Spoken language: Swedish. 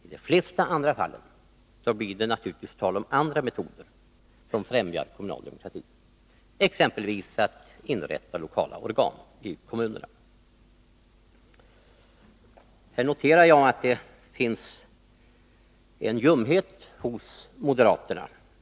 I de flesta fallen blir det naturligtvis tal om andra metoder för främjandet av kommunal demokrati, exempelvis inrättande av lokala organ i kommunerna. Här noterar jag att det finns en ljumhet hos moderaterna.